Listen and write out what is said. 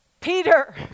Peter